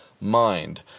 mind